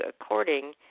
according